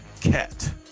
Cat